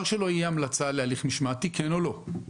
שלו יהיה המלצה להליך משמעתי כן או לא.